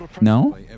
No